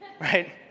Right